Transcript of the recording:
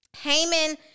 Haman